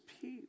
peace